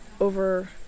over